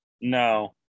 No